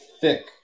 thick